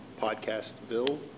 podcastville